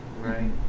Right